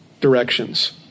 directions